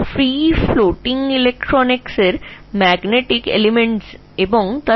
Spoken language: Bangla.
ভাসমান ইলেকট্রনের এই চৌম্বকীয় উপাদানগুলি স্পিন করে বা ঘুরতে থাকে